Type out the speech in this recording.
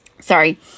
sorry